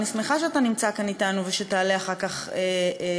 ואני שמחה שאתה נמצא כאן אתנו ותעלה אחר כך להשיב,